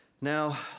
Now